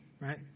right